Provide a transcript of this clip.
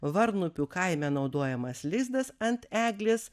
varnupių kaime naudojamas lizdas ant eglės